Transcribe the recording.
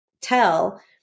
tell